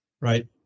right